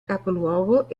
capoluogo